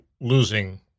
losing